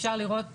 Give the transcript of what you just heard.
אפשר לראות